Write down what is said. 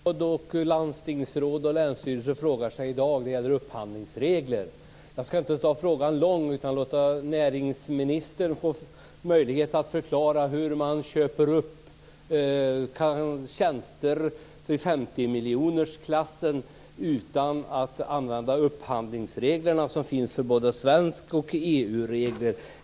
Herr talman! Jag har en fråga i slutet av denna frågestund som nog många kommunalråd, landstingsråd och länsstyrelser undrar över, och den gäller upphandlingsreglerna. Jag ska inte ställa någon lång fråga utan låta näringsministern få möjlighet att förklara hur man köper tjänster i 50-miljonersklassen utan att använda de upphandlingsregler som finns både inom EU och i Sverige.